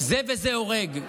זה וזה הורגים.